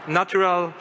natural